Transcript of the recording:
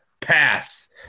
Pass